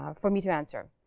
um for me to answer.